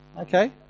Okay